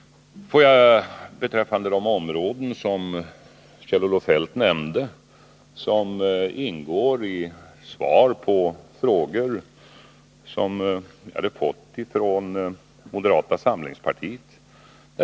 Får jag beträffande de områden som Kjell-Olof Feldt nämnde säga att de finns upptagna i svaren på frågor som jag hade fått från moderata samlingspartiet.